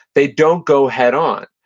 they don't go head on.